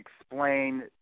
explain